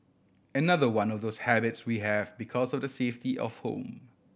another one of those habits we have because of the safety of home